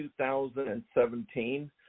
2017